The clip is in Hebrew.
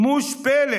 מושפלת.